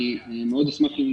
אני מאוד אשמח אם